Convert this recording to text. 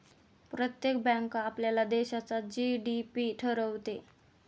प्रत्येक बँक आपल्या देशाचा जी.डी.पी ठरवते